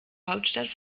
hauptstadt